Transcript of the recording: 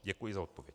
Děkuji za odpověď.